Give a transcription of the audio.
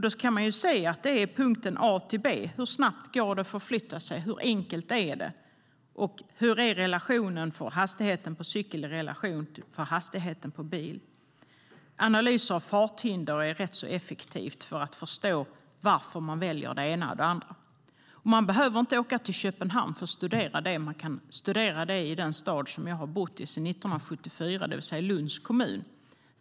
Då kan man se att det handlar om hur snabbt det går att förflytta sig mellan punkt A och punkt B. Hur enkelt är det? Och hur är hastigheten för cykel i relation till hastigheten för bil? Analyser av farthinder är rätt effektiva för att förstå varför man väljer det ena eller det andra. Man behöver inte åka till Köpenhamn för att studera detta. Man kan studera det i den stad som jag har bott i sedan 1974, det vill säga Lunds kommun.